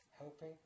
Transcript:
helping